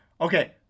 Okay